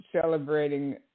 celebrating